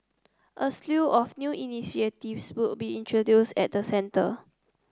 a slew of new initiatives will be introduced at the centre